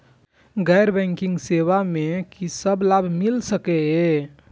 गैर बैंकिंग सेवा मैं कि सब लाभ मिल सकै ये?